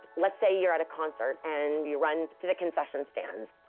let's say you're at a concert and you run to the concession stands.